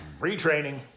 Retraining